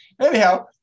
Anyhow